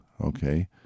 okay